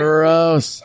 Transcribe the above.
Gross